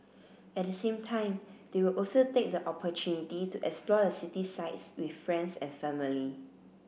at the same time they will also take the opportunity to explore the city sights with friends and family